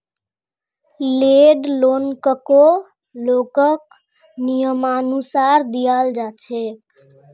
land लोनकको लोगक नियमानुसार दियाल जा छेक